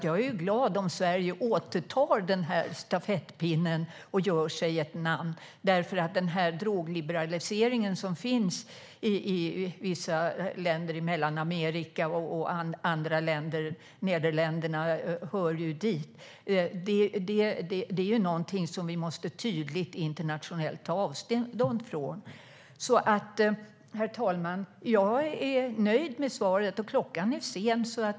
Jag är glad om Sverige återtar den här stafettpinnen och gör sig ett namn, därför att drogliberaliseringen som finns i vissa länder i Mellanamerika och andra länder - Nederländerna hör ju dit - är någonting som vi tydligt måste ta avstånd från internationellt. Herr talman! Jag är nöjd med svaret, och kvällen är sen.